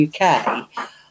UK